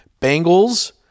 Bengals